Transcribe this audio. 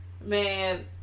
Man